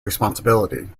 responsibility